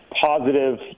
positive